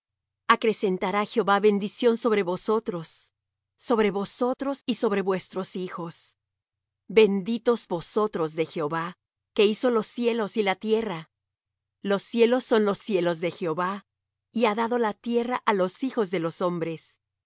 grandes acrecentará jehová bendición sobre vosotros sobre vosotros y sobre vuestros hijos benditos vosotros de jehová que hizo los cielos y la tierra los cielos son los cielos de jehová y ha dado la tierra á los hijos de los hombres